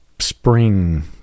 spring